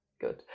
Good